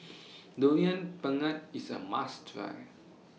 Durian Pengat IS A must Try